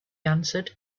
answered